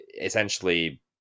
essentially